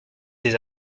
des